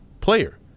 player